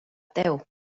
tev